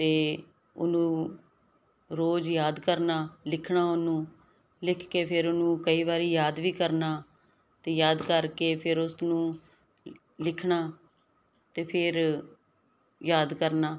ਤੇ ਉਹਨੂੰ ਰੋਜ ਯਾਦ ਕਰਨਾ ਲਿਖਣਾ ਉਹਨੂੰ ਲਿਖ ਕੇ ਫਿਰ ਉਹਨੂੰ ਕਈ ਵਾਰੀ ਯਾਦ ਵੀ ਕਰਨਾ ਤੇ ਯਾਦ ਕਰਕੇ ਫਿਰ ਉਸ ਨੂੰ ਲਿਖਣਾ ਤੇ ਫਿਰ ਯਾਦ ਕਰਨਾ